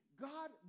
God